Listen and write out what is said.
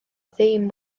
ddim